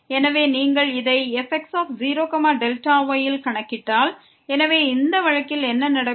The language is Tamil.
எனவே நீங்கள் இதை fx0y இல் கணக்கிட்டால் இந்த வழக்கில் என்ன நடக்கும்